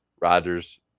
Rodgers